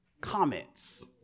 comments